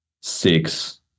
six